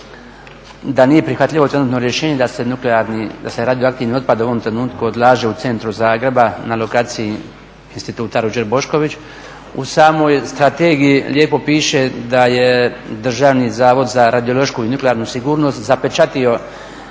da nije prihvatljivo trenutno rješenje da se nuklearni, da se radioaktivni otpad u ovom trenutku odlaže u centru Zagreba na lokaciji Instituta Ruđer Bošković. U samoj strategiji lijepo piše da je Državni zavod za radiološku i nuklearnu sigurnost zapečatio